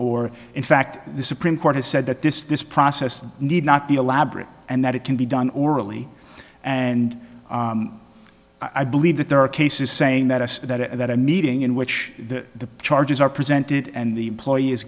or in fact the supreme court has said that this this process need not be a labrat and that it can be done orally and i believe that there are cases saying that us that a meeting in which the charges are presented and the employee is